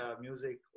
Music